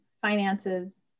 finances